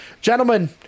gentlemen